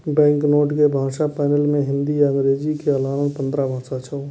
banknote के भाषा panel मे हिंदी आ अंग्रेजी के अलाना पंद्रह भाषा छै